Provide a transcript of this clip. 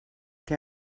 que